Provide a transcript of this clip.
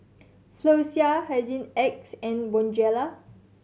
Floxia Hygin X and Bonjela